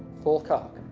full cup.